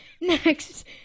Next